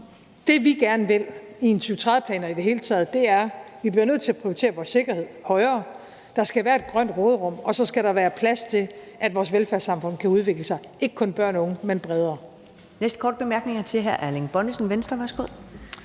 det, vi gerne vil i en 2030-plan og i det hele taget, er, at vi bliver nødt til at prioritere vores sikkerhed højere, der skal være et grønt råderum, og så skal der være plads til, at vores velfærdssamfund kan udvikle sig, ikke kun i forhold til børn og unge, men bredere.